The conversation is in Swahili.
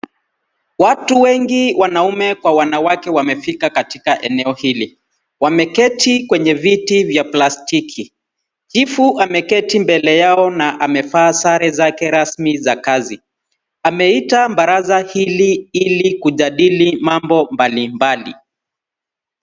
Watu wengi wanaume kwa wanawake wamefika katika eneo hili, wameketi kwenye viti vya plastiki. Chifu ameketi mbele yao na amevaa sare zake rasmi za kazi. Ameita baraza hili ili kujadili mambo mbalimbali.